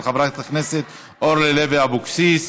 של חברת הכנסת אורלי לוי אבקסיס,